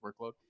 workload